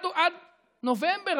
עד נובמבר,